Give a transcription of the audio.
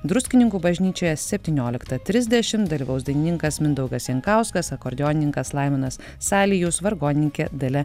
druskininkų bažnyčioje septynioliktą trisdešim dalyvaus dainininkas mindaugas jankauskas akordeonininkas laimonas salijus vargonininkė dalia